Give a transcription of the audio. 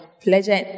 pleasure